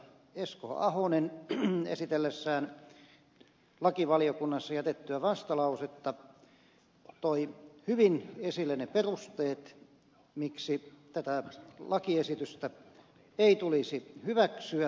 esko ahonen esitellessään lakivaliokunnassa jätettyä vastalausetta toi hyvin esille ne perusteet miksi tätä lakiesitystä ei tulisi hyväksyä